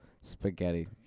Spaghetti